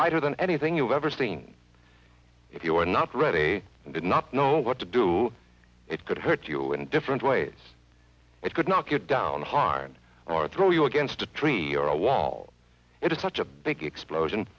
brighter than anything you've ever seen if you are not ready and did not know what to do it could hurt you in different ways it could knock it down hard or throw you against a tree or a wall it is such a big explosion